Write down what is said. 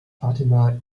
fatima